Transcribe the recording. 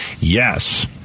yes